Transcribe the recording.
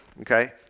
okay